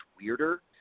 weirder